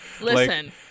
Listen